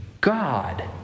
God